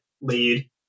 lead